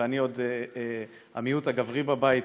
ואני מיעוט גברי בבית,